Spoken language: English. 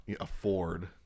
afford